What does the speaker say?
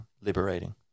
liberating